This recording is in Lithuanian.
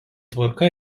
tvarka